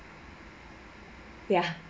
ya